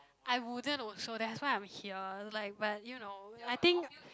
I wouldn't also that's why I'm here like but you know I think